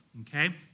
Okay